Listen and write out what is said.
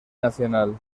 nacional